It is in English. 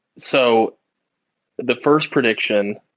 so the first prediction,